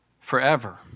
forever